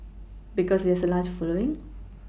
because it's a large following